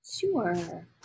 Sure